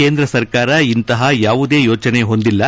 ಕೇಂದ್ರ ಸರ್ಕಾರ ಇಂತಹ ಯಾವುದೇ ಯೋಜನೆ ಹೊಂದಿಲ್ಲ